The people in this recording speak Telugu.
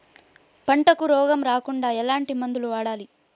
పంటకు రోగం రాకుండా ఎట్లాంటి మందులు వాడాలి?